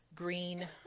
green